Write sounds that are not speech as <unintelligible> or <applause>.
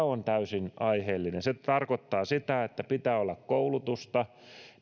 <unintelligible> on täysin aiheellinen se tarkoittaa sitä että pitää olla koulutusta